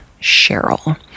Cheryl